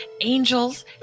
angels